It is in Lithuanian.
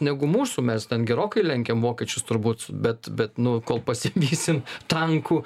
negu mūsų mes ten gerokai lenkiam vokiečius turbūt bet bet nu kol pasivysim tankų